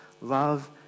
love